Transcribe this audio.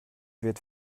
wird